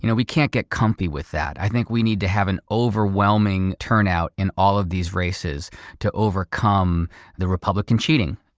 you know we can't get comfy with that. i think we need to have an overwhelming turnout in all of these races to overcome the republican cheating.